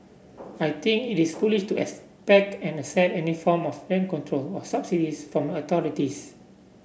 I think it is foolish to expect and accept any form of rent control or subsidies from authorities